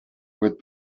with